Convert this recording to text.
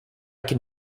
can